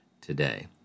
today